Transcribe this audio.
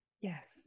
yes